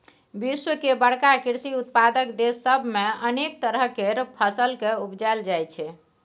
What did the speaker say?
विश्व के बड़का कृषि उत्पादक देस सब मे अनेक तरह केर फसल केँ उपजाएल जाइ छै